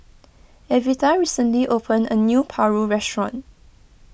Evita recently opened a new Paru restaurant